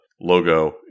logo